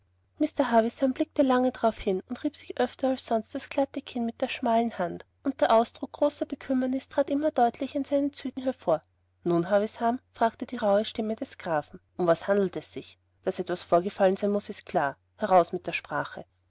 mr havisham blickte lange darauf hin und rieb sich öfter als sonst das glatte kinn mit der schmalen hand und der ausdruck großer bekümmernis trat immer deutlicher auf seinen zügen hervor nun havisham fragte die rauhe stimme des grafen um was handelt es sich daß etwas vorgefallen sein muß ist klar heraus mit der sprache